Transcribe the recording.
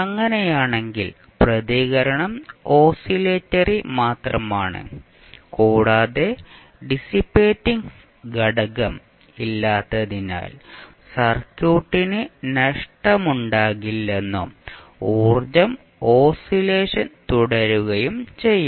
അങ്ങനെയാണെങ്കിൽ പ്രതികരണം ഓസിലേറ്ററി മാത്രമാണ് കൂടാതെ ഡിസ്സിപാറ്റിംഗ് ഘടകം ഇല്ലാത്തതിനാൽ സർക്യൂട്ടിന് നഷ്ടമുണ്ടാകില്ലെന്നും ഊർജ്ജം ഓസിലേഷൻ തുടരുകയും ചെയ്യും